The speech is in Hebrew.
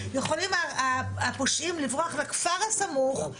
יכולים הפושעים לברוח לכפר הסמוך.